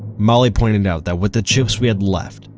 molly pointed out that with the chips we had left,